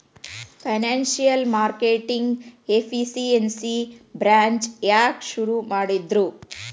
Financial marketing efficiency branch ಯಾಕ್ ಶುರು ಮಾಡಿದ್ರು?